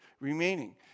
remaining